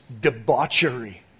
debauchery